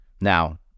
Now